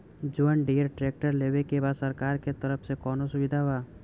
John Deere tractor लेवे के बा सरकार के तरफ से कौनो सुविधा बा?